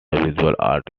art